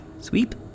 Sweep